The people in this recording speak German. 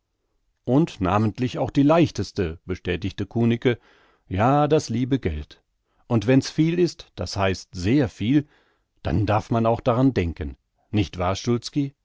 und namentlich auch die leichteste bestätigte kunicke ja das liebe geld und wenn's viel ist das heißt sehr viel dann darf man auch dran denken nicht wahr